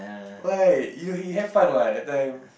why you had fun what that time